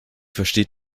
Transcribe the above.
versteht